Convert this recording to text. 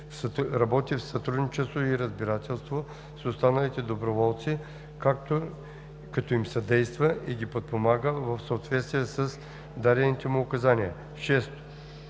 работи в сътрудничество и разбирателство с останалите доброволци, като им съдейства и ги подпомага в съответствие с дадените му указания;